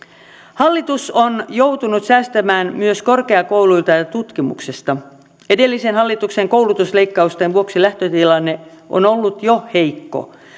hallitus on joutunut säästämään myös korkeakouluilta ja ja tutkimuksesta edellisen hallituksen koulutusleikkausten vuoksi lähtötilanne on ollut jo heikko